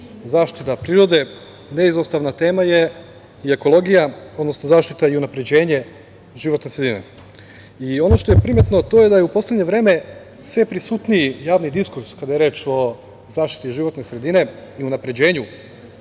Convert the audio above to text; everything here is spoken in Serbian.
zaštita prirode, neizostavna tema je i ekologija, odnosno zaštita i unapređenje životne sredine i ono što je primetno to je da je u poslednje vreme sve prisutniji javni diskurs kada je reč o zaštiti životne sredine i unapređenju